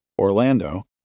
Orlando